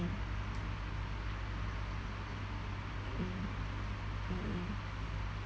mm mm mm